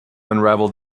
unravel